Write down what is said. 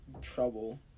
trouble